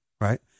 right